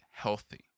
healthy